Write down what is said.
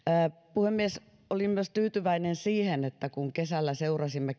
puhemies olin tyytyväinen myös siihen ja pidin tärkeänä että kun kesällä seurasimme